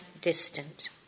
distant